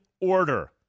order